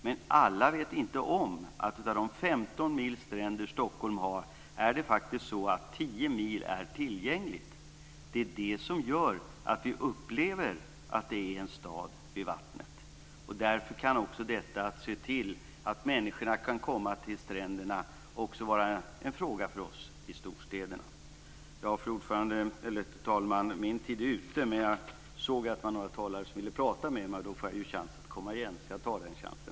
Men alla vet inte om att av de 15 mil stränder som Stockholm har är 10 mil tillgängliga. Det är det som gör att vi upplever att det är en stad vid vattnet. Därför kan detta att se till att människorna kan komma till stränderna också vara en fråga för oss i storstäderna. Fru talman! Min talartid är ute. Men jag såg att det var några talare som ville prata med mig. Då får jag chansen att komma igen, och jag tar den chansen.